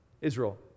Israel